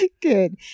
Good